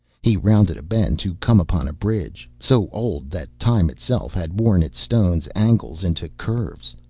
he rounded a bend to come upon a bridge, so old that time itself had worn its stone angles into curves.